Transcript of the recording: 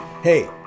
Hey